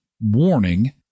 warning